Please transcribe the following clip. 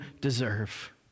deserve